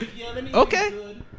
Okay